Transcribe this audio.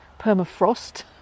permafrost